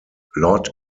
lord